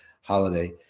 holiday